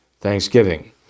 Thanksgiving